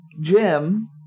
jim